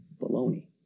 Baloney